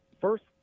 first